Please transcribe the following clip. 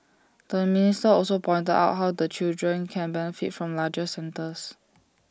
the minister also pointed out how the children can benefit from larger centres